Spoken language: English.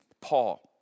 Paul